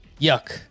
Yuck